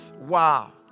Wow